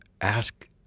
ask